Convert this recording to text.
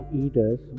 eaters